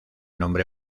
nombre